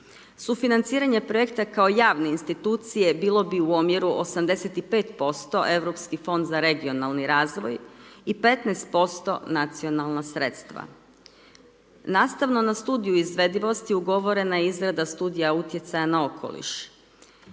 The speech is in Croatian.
Sufinanciranje projekta kao javne institucije, bilo bi u omjeru 85% europski fond za regionalni razvoj, i 15% nacionalna sredstva. Nastavno na studiju izvedivosti ugovorena je izrada studija utjecaja na okoliš.